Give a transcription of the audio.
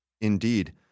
Indeed